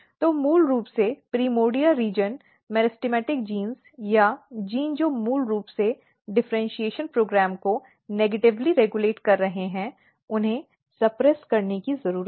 तो मूल रूप से प्राइमर्डिया क्षेत्र मेरिस्टेमेटिक जीन या जीन जो मूल रूप से डिफ़र्इन्शीएशन कार्यक्रम को नकारात्मक रूप से रेगुलेट कर रहे हैं उन्हें दबाने की जरूरत है